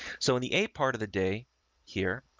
so in the, a part of the day here,